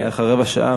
כי אחרי רבע שעה,